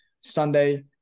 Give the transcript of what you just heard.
Sunday